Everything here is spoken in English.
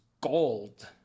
gold